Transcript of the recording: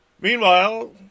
Meanwhile